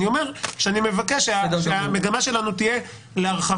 אני אומר שאני מבקש שהמגמה שלנו תהיה להרחבה